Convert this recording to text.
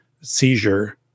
seizure